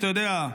אתה יודע,